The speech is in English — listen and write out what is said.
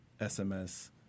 SMS